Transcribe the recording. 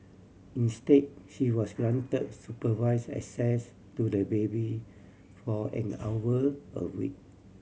instead she was granted supervised access to the baby for an hour a week